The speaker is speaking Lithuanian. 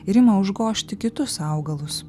ir ima užgožti kitus augalus